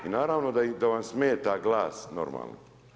I naravno da vam smeta glas normalni.